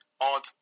odd